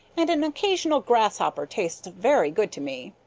and an occasional grasshopper tastes very good to me.